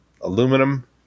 aluminum